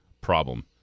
problem